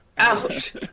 Ouch